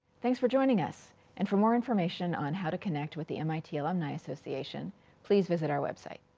thanks for joining us and for more information on how to connect with the mit alumni association please visit our website.